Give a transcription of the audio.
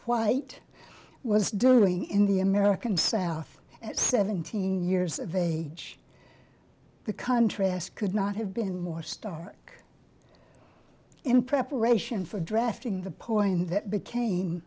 white was doing in the american south at seventeen years of age the contrast could not have been more stark in preparation for drafting the poison that became